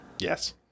Yes